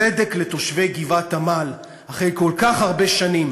תודה רבה לך, חבר הכנסת ניצן